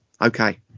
Okay